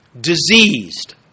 diseased